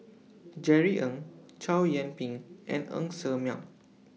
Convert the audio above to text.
Jerry Ng Chow Yian Ping and Ng Ser Miang